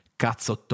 cazzo